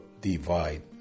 divide